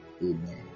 Amen